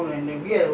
mmhmm